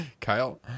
Kyle